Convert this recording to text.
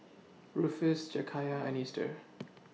Rufus Jakayla and Easter